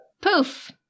Poof